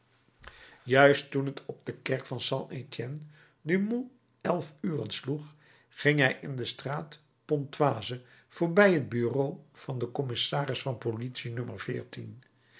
juist toen het op de kerk van saint etienne du mont elf uren sloeg ging hij in de straat pontoise voorbij het bureau van den commissaris van politie